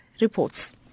reports